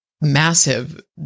massive